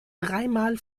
dreimal